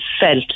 felt